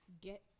get